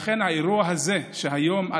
לכן האירוע הזה היום,